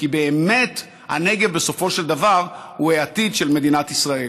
כי באמת הנגב בסופו של דבר הוא העתיד של מדינת ישראל.